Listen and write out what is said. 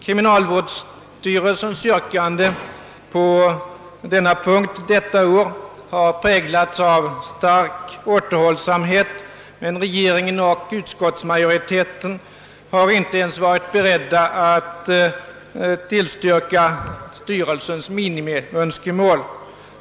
Kriminalvårdsstyrelsens yrkande på denna punkt har detta år präglats av stark återhållsamhet, men regeringen och utskottsmajoriteten har inte ens varit beredda att tillstyrka genomförandet av styrelsens minimiönskemål.